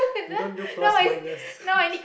we don't do plus minus